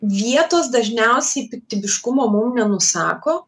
vietos dažniausiai piktybiškumo mum nenusako